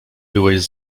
byłeś